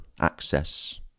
access